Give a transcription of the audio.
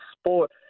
sport